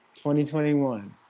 2021